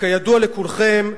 וכידוע לכולכם,